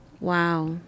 Wow